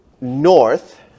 north